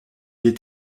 est